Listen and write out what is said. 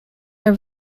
are